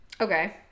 okay